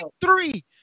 three